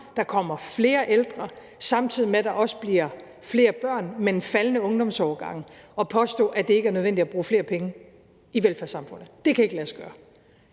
der kommer flere ældre, samtidig med at der også bliver flere børn, men faldende ungdomsårgange, og påstå, at det ikke er nødvendigt at bruge flere penge i velfærdssamfundet. Det kan ikke lade sig gøre.